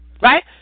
right